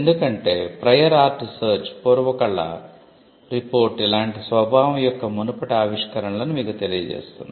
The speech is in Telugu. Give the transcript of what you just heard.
ఎందుకంటే ప్రయర్ ఆర్ట్ సెర్చ్ రిపోర్ట్ ఇలాంటి స్వభావం యొక్క మునుపటి ఆవిష్కరణలను మీకు తెలియజేస్తుంది